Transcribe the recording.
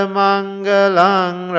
mangalang